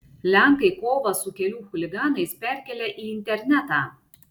lenkai kovą su kelių chuliganais perkelia į internetą